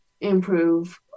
improve